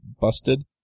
busted